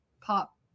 pop